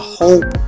hope